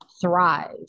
thrive